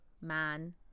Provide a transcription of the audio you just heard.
Man